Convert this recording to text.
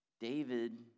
David